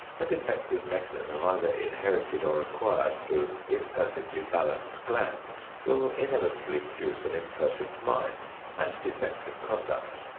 a defective mechanism either inherited or acquired through imperfectly balanced glands will inevitably produce an imperfect mind and defective conduct.